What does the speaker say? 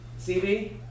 CV